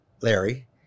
Larry